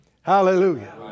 Hallelujah